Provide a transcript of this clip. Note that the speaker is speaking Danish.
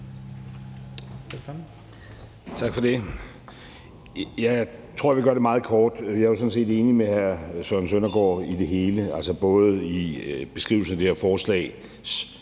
Tak for det. Jeg tror, jeg vil gøre det meget kort. Jeg er jo sådan set enig med hr. Søren Søndergaard i det hele, altså både i beskrivelsen af det her forslags,